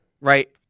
right